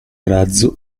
razzo